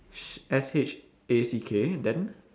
sh~ S H A C K then